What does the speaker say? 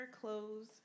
clothes